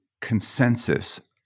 consensus